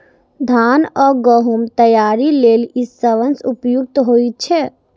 धान आ गहूम तैयारी लेल ई सबसं उपयुक्त होइ छै